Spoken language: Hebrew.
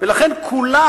ולכן כולם